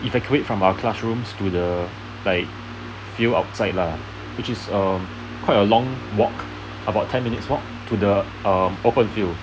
evacuate from our classroom to the like field outside lah which is um quite a long walk about ten minutes walk to the um open field